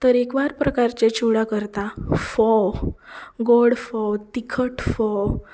तरेकवार प्रकारचे चिवडा करता फोव गोड फोव तीकट फोव